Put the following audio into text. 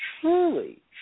truly